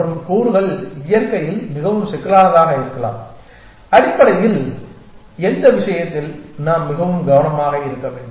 மற்றும் கூறுகள் இயற்கையில் மிகவும் சிக்கலானதாக இருக்கலாம் அடிப்படையில் எந்த விஷயத்தில் நாம் மிகவும் கவனமாக இருக்க வேண்டும்